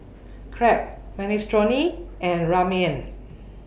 Crepe Minestrone and Ramen